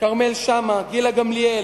כרמל שאמה, גילה גמליאל,